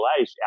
life